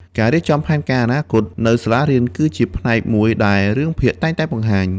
ការរៀបចំផែនការអនាគត នៅសាលារៀនគឺជាផ្នែកមួយដែលរឿងភាគតែងតែបង្ហាញ។